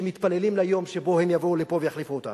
שמתפללים ליום שבו הם יבואו לפה ויחליפו אותנו.